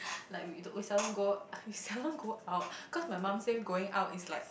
like we we seldom go we seldom go out cause my mum say going out is like